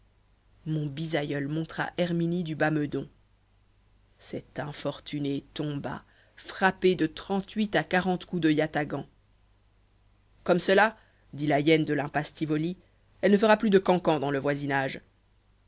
mon bisaïeul montra herminie du bas meudon cette infortunée tomba frappée de trente-huit à quarante coups de yatagan comme cela dit la hyène de l'impasse tivoli elle ne fera plus de cancans dans le voisinage